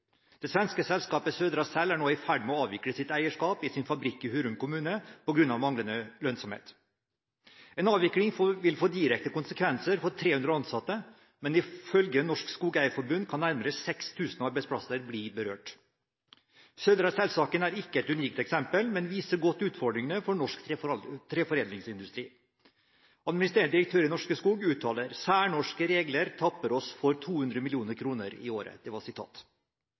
Det svenske selskapet Södra Cell er nå i ferd med å avvikle sitt eierskap i sin fabrikk i Hurum kommune på grunn av manglende lønnsomhet. En avvikling vil få direkte konsekvenser for 300 ansatte, men ifølge Norsk Skogeierforbund kan nærmere 6 000 arbeidsplasser bli berørt. Södra Cell-saken er ikke et unikt eksempel, men viser godt utfordringene for norsk treforedlingsindustri. Administrerende direktør i Norske Skog uttaler: «Særnorske regler tapper oss for 200 millioner i året.» Det